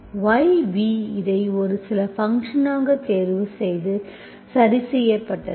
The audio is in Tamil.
y v இதை சில ஃபங்க்ஷன்ஆக தேர்வு செய்து இது சரி செய்யப்பட்டது